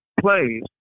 plays